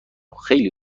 خیلی